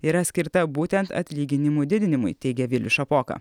yra skirta būtent atlyginimų didinimui teigia vilius šapoka